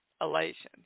elation